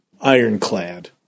ironclad